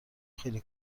خیلی